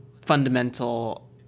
fundamental